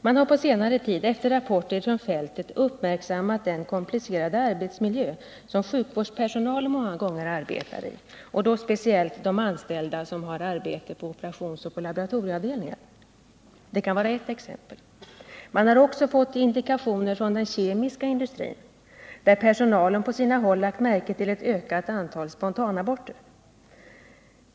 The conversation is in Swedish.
Man har på senare tid, efter rapporter från fältet, uppmärksammat den komplicerade arbetsmiljö som sjukvårdspersonalen många gånger arbetar i, speciellt anställda som har arbete på operationsoch laboratorieavdelningar — det kan vara ett exempel. Man har också fått indikationer från den kemiska industrin, där personalen på sina håll lagt märke till ett ökat antal spontanaborter.